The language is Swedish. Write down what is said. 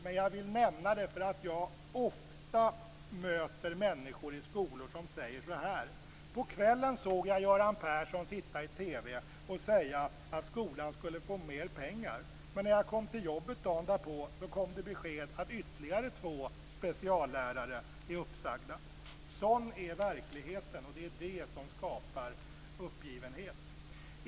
Men jag vill nämna det, därför att jag ofta möter människor i skolor som säger: På kvällen såg jag Göran Persson sitta i TV och säga att skolan skulle få mera pengar, men när jag kom till jobbet dagen därpå kom det besked om att ytterligare två speciallärare är uppsagda. Sådan är verkligheten, och det är det som skapar uppgivenhet.